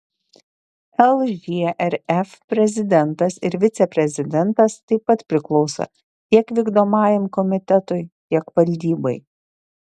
lžrf prezidentas ir viceprezidentas taip pat priklauso tiek vykdomajam komitetui tiek valdybai